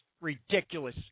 ridiculous